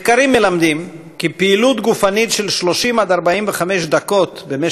מחקרים מלמדים כי פעילות גופנית של 30 45 דקות כמה